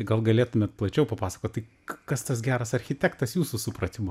tai gal galėtumėt plačiau papasakot tai kas tas geras architektas jūsų supratimu